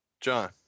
John